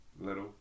Little